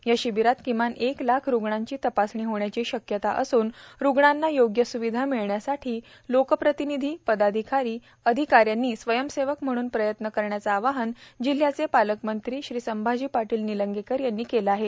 या शिबिरात किमान एक लाख रुग्णांची तपासणी होण्याची शक्यता असून रुग्णांना योग्य स्विधा मिळण्यासाठी लोकप्रतिनिधी पदाधिकारी अधिकाऱ्यांनी स्वयंसेवक म्हणून प्रयत्न करण्याचं आवाहन जिल्ह्याचे पालकमंत्री संभाजी पाटील निलंगेकर यांनी केलं आहे